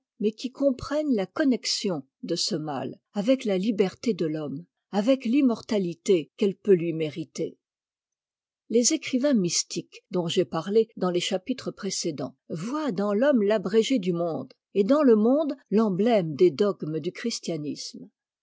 mais qui comprennent la connexion de ce mal avec la liberté de l'homme avec l'immortalité qu'elle peut lui mériter les écrivains mystiques dont j'ai parlé dans les chapitres précédents voient dans l'homme l'abrégé du monde et dans le monde t'embtème des dogmes du christianisme